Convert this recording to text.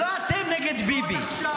זה לא אתם נגד ביבי.